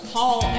Paul